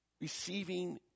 receiving